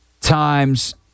times